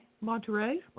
Monterey